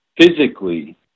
physically